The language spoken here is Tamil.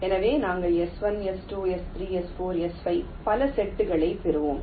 எனவே நாங்கள் S1 S2 S3 S4 S5 பல செட்களைப் பெறுவோம்